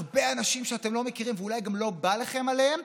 הרבה אנשים שאתם לא מכירים ואולי גם לא בא לכם עליהם.